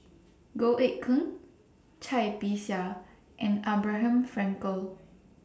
Goh Eck Kheng Cai Bixia and Abraham Frankel